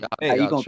hey